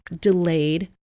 delayed